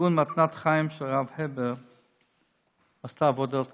שארגון מתנת חיים של הרב הבר עשה עבודת קודש.